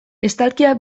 estalkia